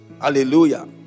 Hallelujah